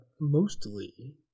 mostly